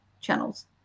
channels